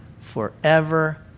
forever